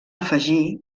afegir